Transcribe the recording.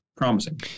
promising